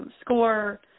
score